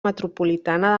metropolitana